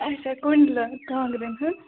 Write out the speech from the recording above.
اَچھا کۄنٛڈِلہٕ کانٛگرٮ۪ن ہٕنٛز